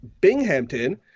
Binghamton